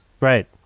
Right